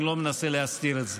אני לא מנסה להסתיר את זה,